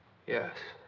yes.